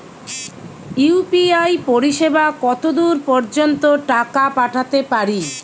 UPI পরিসেবা কতদূর পর্জন্ত টাকা পাঠাতে পারি?